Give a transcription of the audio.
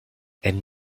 elle